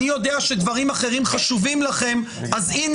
אני יודע שדברים אחרי חשובים לכם,